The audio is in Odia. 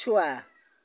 ପଛୁଆ